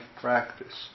practice